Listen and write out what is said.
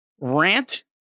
rant